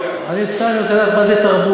אני סתם, אני רוצה לדעת מה זה תרבות.